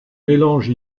mélange